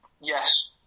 Yes